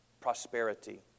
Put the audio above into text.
prosperity